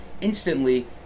instantly